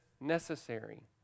necessary